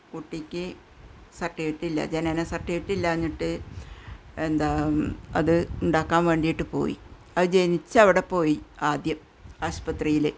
കുട്ടിക്ക് സർട്ടിഫിക്കറ്റ് ഇല്ല ജനനസര്ട്ടിഫിക്കറ്റില്ലാഞ്ഞിട്ട് എന്താണ് അത് ഉണ്ടാക്കാന് വേണ്ടിയിട്ട് പോയി അത് ജനിച്ചവിടെ പോയി ആദ്യം ആശുപത്രിയില്